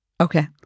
Okay